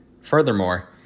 Furthermore